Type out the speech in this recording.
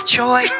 joy